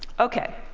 okay,